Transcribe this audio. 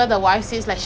same lah